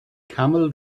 camel